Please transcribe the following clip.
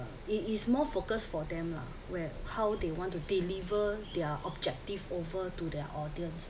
it is more focused for them lah where how they want to deliver their objective over to their audience